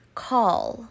call